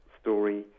story